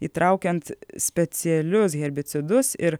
įtraukiant specialius herbicidus ir